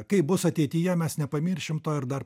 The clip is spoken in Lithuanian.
kaip bus ateityje mes nepamiršim to ir dar